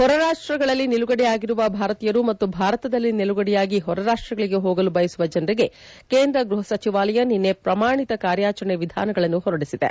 ಹೊರರಾಷ್ಷಗಳಲ್ಲಿ ನಿಲುಗಡೆಯಾಗಿರುವ ಭಾರತೀಯರು ಮತ್ತು ಭಾರತದಲ್ಲಿ ನಿಲುಗಡೆಯಾಗಿ ಹೊರರಾಷ್ಷಗಳಗೆ ಹೋಗಲು ಬಯಸುವ ಜನರಿಗೆ ಕೇಂದ್ರ ಗೃಹ ಸಚಿವಾಲಯ ನಿನ್ನೆ ಪ್ರಮಾಣಿತ ಕಾರ್ಯಾಚರಣೆ ವಿಧಾನಗಳನ್ನು ಹೊರಡಿಸಿದೆ